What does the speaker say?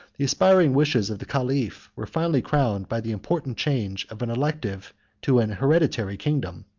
the aspiring wishes of the caliph were finally crowned by the important change of an elective to an hereditary kingdom.